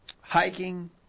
hiking